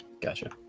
gotcha